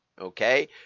Okay